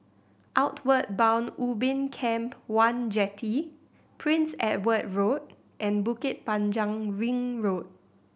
Outward Bound Ubin Camp One Jetty Prince Edward Road and Bukit Panjang Ring Road